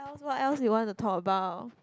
what else what else you want to talk about